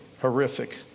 horrific